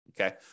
Okay